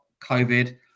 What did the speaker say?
COVID